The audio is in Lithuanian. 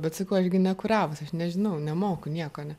bet sakau aš gi nekuravus aš nežinau nemoku nieko ne